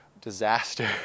disaster